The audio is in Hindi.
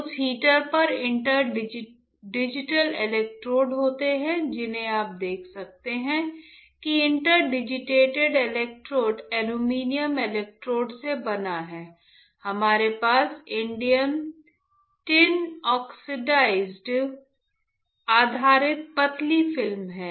उस हीटर पर इंटर डिजिटल इलेक्ट्रोड होते हैं जिन्हें आप देख सकते हैं कि inter digitated electrode aluminium electrode से बना है हमारे पास इंडियम टिन ऑक्साइड आधारित पतली फिल्म है